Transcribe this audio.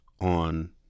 on